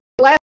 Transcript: last